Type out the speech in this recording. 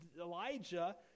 Elijah